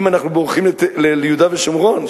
אם אנחנו בורחים ליהודה ושומרון,